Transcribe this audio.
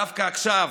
דווקא עכשיו,